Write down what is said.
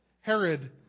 Herod